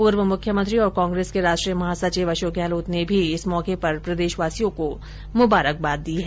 पूर्व मुख्यमंत्री और ँ कांग्रेस के राष्ट्रीय महासचिव अशोक गहलोत ने भी इस मौके प्रदेशवासियों को मुबारकबाद दी है